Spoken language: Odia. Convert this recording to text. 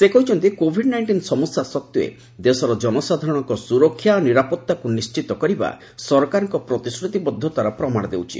ସେ କହିଛନ୍ତି କୋଭିଡ୍ ନାଇଷ୍ଟିନ୍ ସମସ୍ୟା ସଡ୍ଡେ ଦେଶର ଜନସାଧାରଣଙ୍କ ସୁରକ୍ଷା ଓ ନିରାପତ୍ତାକୁ ନିଣ୍ଟିତ କରିବା ସରକାରଙ୍କ ପ୍ରତିଶ୍ରତିବଦ୍ଧତାର ପ୍ରମାଣ ଦେଉଛି